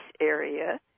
area